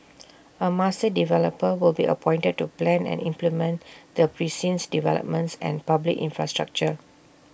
A master developer will be appointed to plan and implement the precinct's developments and public infrastructure